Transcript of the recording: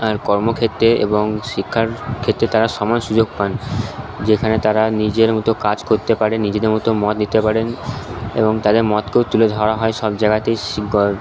তার কর্মক্ষেত্রে এবং শিক্ষার ক্ষেত্রে তারা সময় সুযোগ পান যেখানে তারা নিজের মতো কাজ করতে পারেন নিজেদের মতো মত দিতে পারেন এবং তাদের মতকেও তুলে ধরা হয় সব জাগাতেই